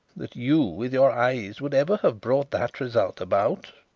that you, with your eyes, would ever have brought that result about.